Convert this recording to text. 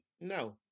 No